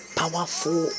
powerful